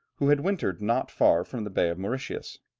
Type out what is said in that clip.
who had wintered not far from the bay of mauritius,